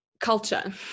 culture